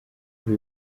kuri